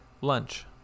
lunch